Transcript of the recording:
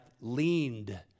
leaned